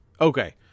okay